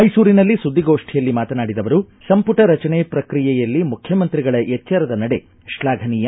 ಮೈಸೂರಿನಲ್ಲಿ ಸುದ್ದಿಗೋಷ್ಠಿಯಲ್ಲಿ ಮಾತನಾಡಿದ ಅವರು ಸಂಪುಟ ರಚನೆ ಪ್ರಕ್ರಿಯೆಯಲ್ಲಿ ಮುಖ್ಯಮಂತ್ರಿಗಳ ಎಚ್ಚರದ ನಡೆ ಶ್ಲಾಘನೀಯ